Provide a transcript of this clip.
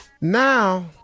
Now